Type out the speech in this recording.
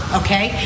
okay